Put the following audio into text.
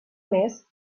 més